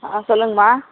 ஆ சொல்லுங்கம்மா